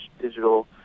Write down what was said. digital